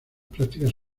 prácticas